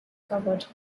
covered